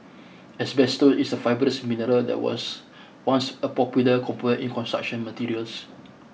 asbestos is a fibrous mineral that was once a popular component in construction materials